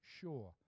sure